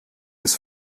des